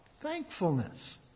thankfulness